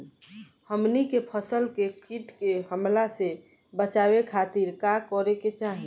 हमनी के फसल के कीट के हमला से बचावे खातिर का करे के चाहीं?